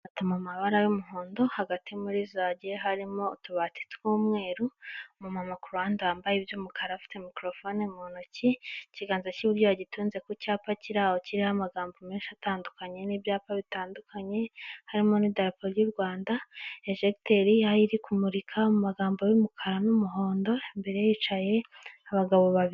Mu mabara y'umuhondo hagati muri zajye harimo utubati tw'umweru mumama kuruhan wambayey'umukara afite mikorofani mu ntoki ikiganza cy'iburyo gitunze ku cyapa kiriho kiriho amagambo menshi atandukanye n'ibyapa bitandukanye harimo n'idapo ry'u Rwanda ejegiteri yayo iri kumurika mu magambo yumukara n'umuhondo mbere yicaye abagabo babiri.